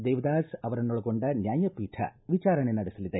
ದೇವದಾಸ್ ಅವರನ್ನೊಳಗೊಂಡ ನ್ಯಾಯಪೀಠ ವಿಚಾರಣೆ ನಡೆಸಲಿದೆ